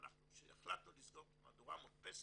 והחלטנו לסגור את המהדורה המודפסת,